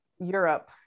Europe